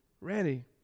ready